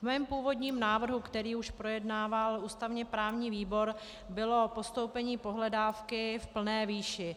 V mém původním návrhu, který už projednával ústavněprávní výbor, bylo postoupení pohledávky v plné výši.